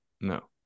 No